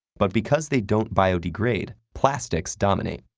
but because they don't biodegrade, plastics dominate,